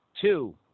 two